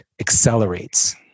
accelerates